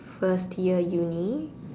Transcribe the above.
first year uni